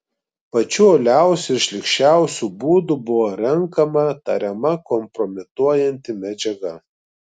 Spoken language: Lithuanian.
pačiu uoliausiu ir šlykščiausiu būdu buvo renkama tariama kompromituojanti medžiaga